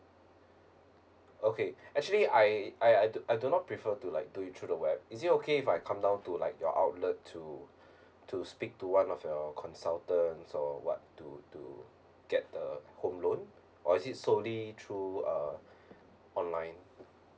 okay actually I I I I do not prefer to like do it through the web is it okay if I come down to like your outlet to to speak to one of your consultants or what to to get the home loan or is it solely through uh online